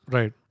Right